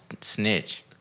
snitch